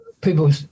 people